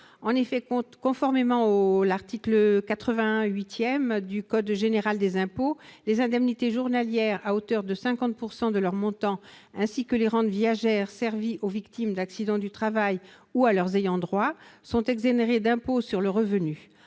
En effet, conformément au 8° de l'article 81 du code général des impôts, les indemnités journalières, à hauteur de 50 % de leur montant, ainsi que les rentes viagères servies aux victimes d'accident du travail ou à leurs ayants droit, sont exonérées de l'impôt sur le revenu.